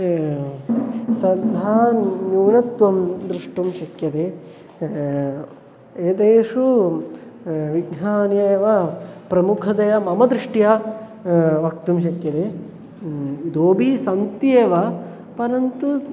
श्रद्धा न्यूनत्वं द्रष्टुं शक्यते एतेषु विघ्नान्येव प्रमुखतया मम दृष्ट्या वक्तुं शक्यते इतोऽपि सन्त्येव परन्तु